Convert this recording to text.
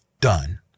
done